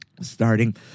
Starting